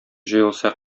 җыелса